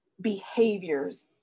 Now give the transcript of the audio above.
behaviors